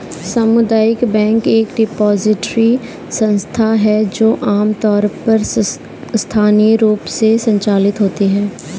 सामुदायिक बैंक एक डिपॉजिटरी संस्था है जो आमतौर पर स्थानीय रूप से संचालित होती है